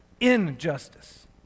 injustice